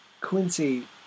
Quincy